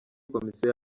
komisiyo